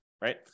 right